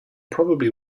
probably